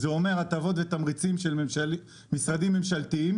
זה אומר הטבות ותמריצים של משרדים ממשלתיים